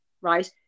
right